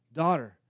daughter